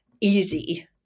easy